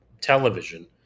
television